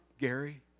Gary